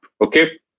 okay